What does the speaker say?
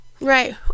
Right